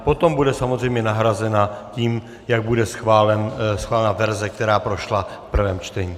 Potom bude samozřejmě nahrazena tím, jak bude schválena verze, která prošla v prvém čtení.